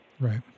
Right